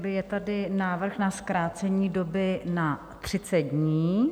Je tady návrh na zkrácení doby na 30 dní.